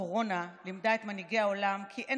הקורונה לימדה את מנהיגי העולם כי אין